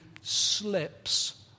slips